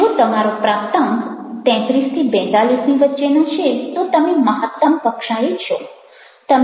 જો તમારો પ્રાપ્તાંક 33 42 ની વચ્ચેનો છે તો તમે મહત્તમ કક્ષાએ છો